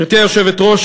גברתי היושבת-ראש,